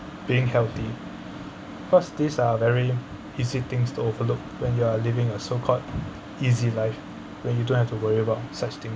being healthy cause these are very easy things to overlook when you are living a so called easy life when you don't have to worry about such things